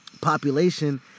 population